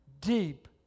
deep